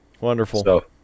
Wonderful